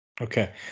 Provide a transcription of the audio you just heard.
Okay